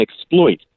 exploit